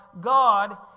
God